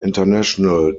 international